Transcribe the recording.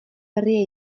herria